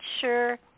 sure